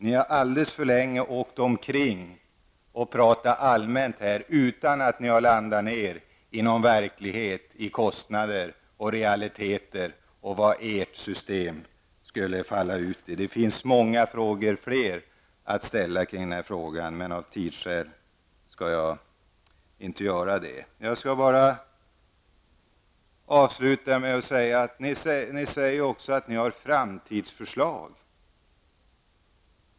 Ni har ju alldeles för länge åkt omkring och talat allmänt utan att landa i en verklighet avseende kostnader -- man måste ju se till realiteter -- och upplysningar om vad ert system skulle resultera i. Jag skulle kunna ställa många fler frågor i det här avseendet. Men av tidsskäl skall jag inte göra det. Avslutningsvis vill jag bara säga följande. Ni säger att ni har framtidsförslag.